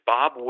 Bob